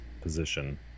position